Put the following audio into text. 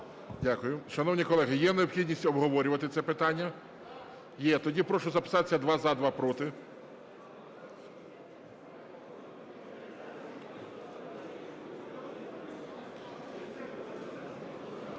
Дякую. Шановні колеги, є необхідність обговорювати це питання? Є. Тоді прошу записатися: два – за, два – проти.